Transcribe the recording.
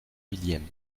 millième